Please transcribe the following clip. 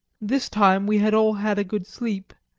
this time we had all had a good sleep,